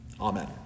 Amen